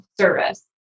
service